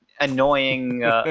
annoying